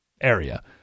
area